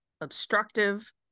obstructive